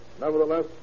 Nevertheless